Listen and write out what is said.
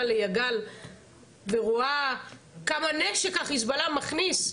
ליגל ורואה כמה נשק החיזבאללה מכניס.